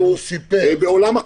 הוא סיפר ואנחנו מודעים.